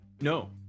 No